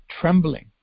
trembling